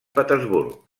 petersburg